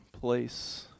place